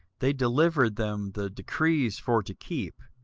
they delivered them the decrees for to keep,